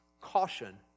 caution